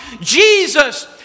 Jesus